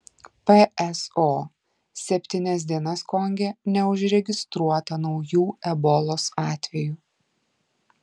pso septynias dienas konge neužregistruota naujų ebolos atvejų